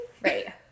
Right